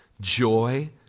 joy